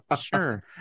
sure